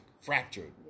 fractured